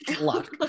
luck